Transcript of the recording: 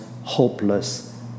hopeless